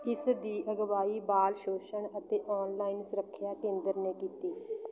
ਇਸ ਦੀ ਅਗਵਾਈ ਬਾਲ ਸ਼ੋਸ਼ਣ ਅਤੇ ਔਨਲਾਈਨ ਸੁਰੱਖਿਆ ਕੇਂਦਰ ਨੇ ਕੀਤੀ